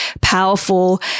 powerful